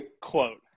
quote